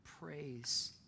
praise